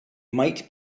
might